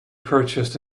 purchased